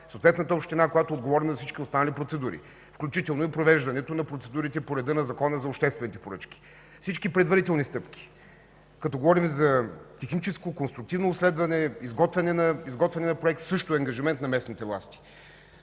съответната община, която е отговорна за всички останали процедури, включително и провеждането на процедурите по реда на Закона за обществените поръчки. Всички предварителни стъпки, като говорим за техническо, конструктивно обследване, изготвяне на проекти – също е ангажимент на местните власти.